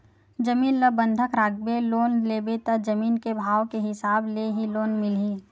जमीन ल बंधक राखके लोन लेबे त जमीन के भाव के हिसाब ले ही लोन मिलही